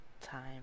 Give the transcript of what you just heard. time